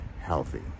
healthy